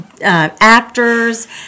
actors